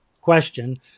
question